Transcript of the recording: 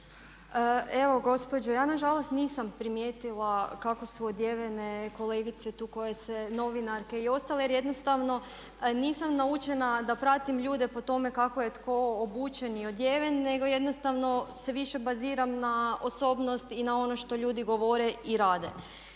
Evo gospođo, ja na žalost nisam primijetila kako su odjevene kolegice tu koje su, novinarke i ostale, jer jednostavno nisam naučena da pratim ljude po tome kako je tko obučen i odjeven, nego jednostavno se više baziram na osobnost i na ono što ljudi govore i rade.